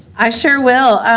i sure will.